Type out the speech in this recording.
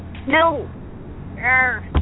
No